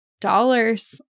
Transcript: dollars